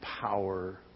power